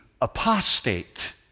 apostate